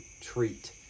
treat